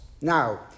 Now